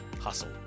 hustle